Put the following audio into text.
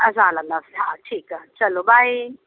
असां हलंदासीं हा ठीकु आहे चलो बाए